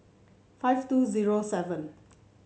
five two zero seven